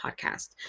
podcast